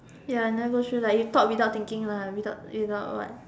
ya never go through like you talk without thinking without without what